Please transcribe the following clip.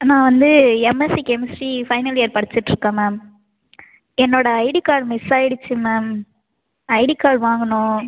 நான் வந்து MSc chemistry final year படிச்சிட்டு இருக்கேன் மேம் என்னோட ஐடி கார்ட் மிஸ் ஆயிடுச்சி மேம் ஐடி கார்ட் வாங்கணும்